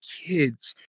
kids